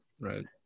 Right